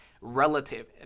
relative